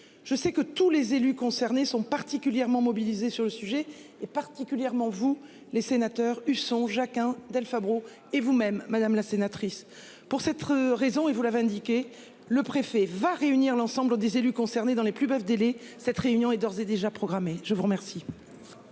Je sais que tous les élus concernés sont particulièrement mobilisés sur le sujet est particulièrement vous les sénateurs Husson Jacquin Del Fabbro et vous-. Même madame la sénatrice. Pour cette raison et vous l'avez indiqué le préfet va réunir l'ensemble des élus concernés dans les plus brefs délais. Cette réunion est d'ores et déjà programmée. Je vous remercie.